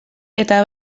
eta